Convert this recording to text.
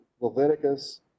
Leviticus